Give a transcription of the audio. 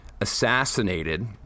assassinated